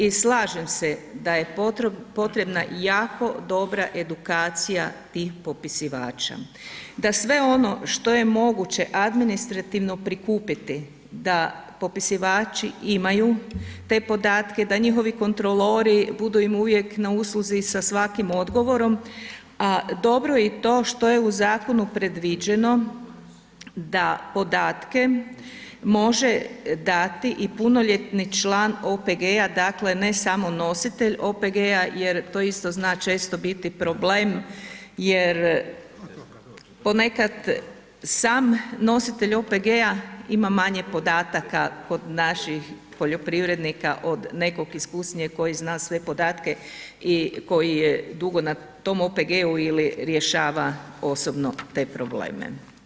I slažem se da je potrebna jako dobra edukacija tih popisivača, da sve ono što je moguće administrativno prikupiti da popisivači imaju te podatke, da njihovi kontrolori budu im uvijek na usluzi sa svim odgovorom a dobro je i to što je u zakonu predviđeno da podatke može dati i punoljetni član OPG-a, dakle ne samo nositelj OPG-a jer to isto zna često biti problem jer ponekad sam nositelj OPG-a ima manje podataka kod naših poljoprivrednika od nekog iskusnijeg koji zna sve podatke i koji je dugo na tom OPG-u ili rješava osobno te probleme.